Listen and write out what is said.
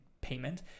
payment